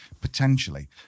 Potentially